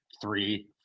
three